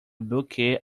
bouquet